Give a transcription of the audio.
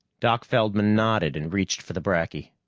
doc feldman nodded and reached for the bracky.